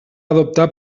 adoptar